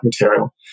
material